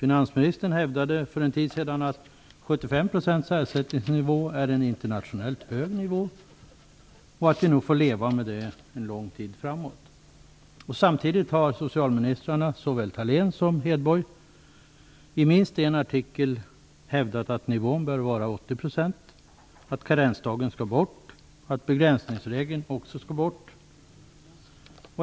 Finansministern hävdade för en tid sedan att 75 % ersättningsnivå är en internationellt hög nivå, och att vi nog får leva med det en lång tid framåt. Samtidigt har socialministrarna, såväl Ingela Thalén som Anna Hedborg, i minst en artikel hävdat att nivån bör vara 80 %, att karensdagen skall bort och att begränsningsregeln också skall bort.